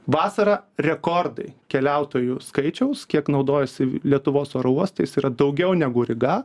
vasarą rekordai keliautojų skaičiaus kiek naudojasi lietuvos oro uostais yra daugiau negu ryga